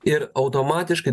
ir automatiškai